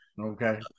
Okay